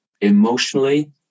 emotionally